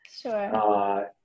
Sure